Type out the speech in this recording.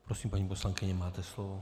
Prosím, paní poslankyně, máte slovo.